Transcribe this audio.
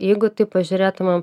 jeigu taip pažiūrėtumėm